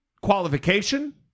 qualification